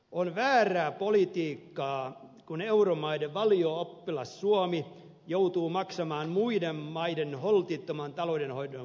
on väärää politiikkaa kun euromaiden valio oppilas suomi joutuu maksamaan muiden maiden holtittoman taloudenhoidon kustannuksia